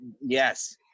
yes